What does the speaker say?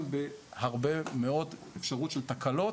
גם בהרבה מאוד אפשרויות של תקלות,